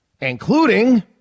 Including